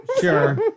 Sure